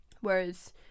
Whereas